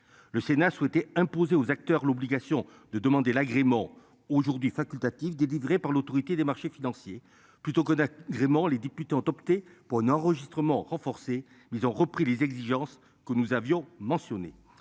le Sénat souhaitait imposer aux acteurs l'obligation de demander l'agrément aujourd'hui facultatives délivrées par l'Autorité des marchés financiers plutôt que gréement. Les députés ont opté pour une enregistrement. Ils ont repris les exigences que nous avions mentionné